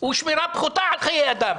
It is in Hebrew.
הוא שמירה פחותה על חיי אדם.